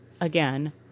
again